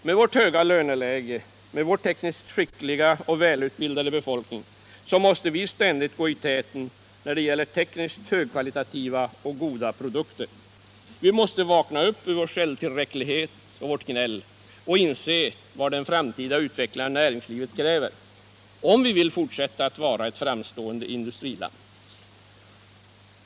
Med vårt höga löneläge och med vår tekniskt skickliga och välutbildade befolkning måste vi ständigt gå i täten när det gäller tekniskt högkvalitativa och goda produkter. Vi måste vakna upp ur vår självtillräcklighet och vårt gnäll och inse vad den framtida utvecklingen av näringslivet kräver, om vi vill fortsätta att vara ett framstående industriland.